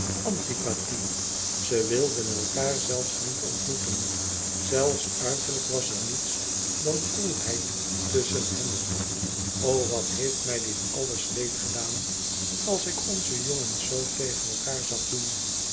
antipathie ze wilden elkaâr zelfs niet ontmoeten zelfs uiterlijk was er niets dan koelheid tusschen hen o wat heeft mij dit alles leed gedaan als ik onze jongens zoo tegen elkaâr zag doen